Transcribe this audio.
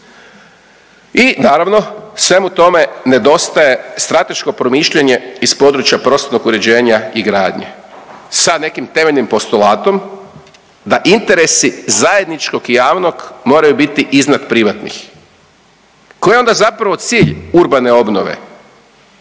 I naravno svemu tome nedostaje strateško promišljanje iz područja prostornog uređenja i gradnje sa nekim temeljnim postulatom da interesi zajedničkog i javnog moraju biti iznad privatnih. Koji je onda zapravo cilj urbane obnove,